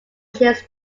his